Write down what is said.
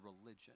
religion